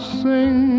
sing